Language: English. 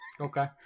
Okay